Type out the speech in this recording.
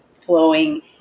flowing